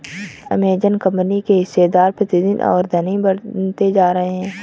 Amazon company के हिस्सेदार प्रतिदिन और धनी बनते जा रहे हैं